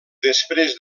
després